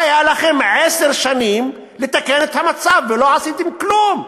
היו לכם עשר שנים לתקן את המצב ולא עשיתם כלום.